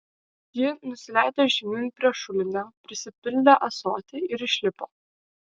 ji nusileido žemyn prie šulinio prisipildė ąsotį ir išlipo